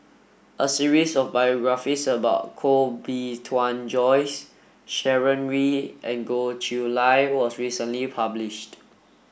a series of biographies about Koh Bee Tuan Joyce Sharon Wee and Goh Chiew Lye was recently published